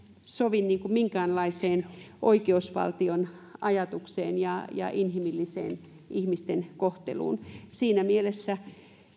sovi minkäänlaiseen oikeusvaltion ajatukseen ja inhimilliseen ihmisten kohteluun siinä mielessä